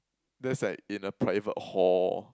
that's like in a private hall